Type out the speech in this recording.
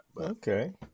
Okay